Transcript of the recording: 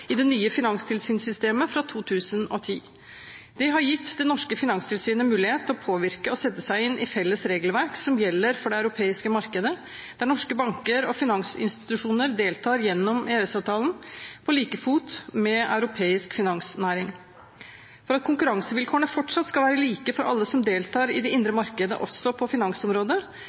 i det nye finanstilsynssystemet fra 2010. Det har gitt det norske finanstilsynet mulighet til å påvirke og sette seg inn i felles regelverk som gjelder for det europeiske markedet, der norske banker og finansinstitusjoner deltar gjennom EØS-avtalen på like fot med europeisk finansnæring. For at konkurransevilkårene fortsatt skal være like for alle som deltar i det indre markedet, også på finansområdet,